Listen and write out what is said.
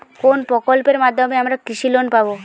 কোন প্রকল্পের মাধ্যমে আমরা কৃষি লোন পাবো?